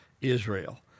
Israel